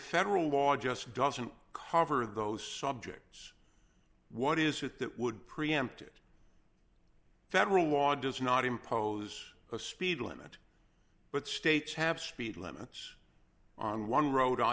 federal law just doesn't cover those subjects what is it that would preempt it federal law does not impose a speed limit but states have speed limits on one road all